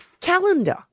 calendar